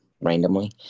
randomly